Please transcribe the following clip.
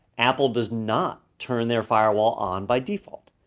apple does not turn their firewall on by default.